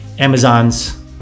Amazons